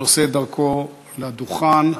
שעושה את דרכו לדוכן,